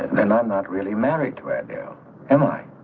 not not really married where yeah am i.